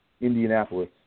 Indianapolis